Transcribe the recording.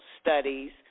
studies